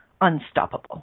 unstoppable